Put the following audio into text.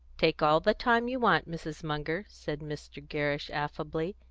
take all the time you want, mrs. munger, said mr. gerrish affably.